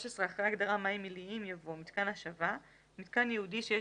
אחרי ההגדרה "מים עיליים" יבוא: ""מיתקן השבה" מיתקן ייעודי שיש